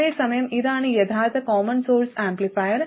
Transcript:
അതേസമയം ഇതാണ് യഥാർത്ഥ കോമൺ സോഴ്സ് ആംപ്ലിഫയർ